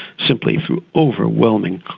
simply through overwhelming,